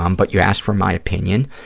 um but you asked for my opinion,